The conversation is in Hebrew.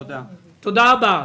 תודה רבה.